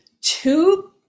two